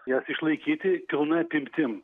jas išlaikyti pilna apimtim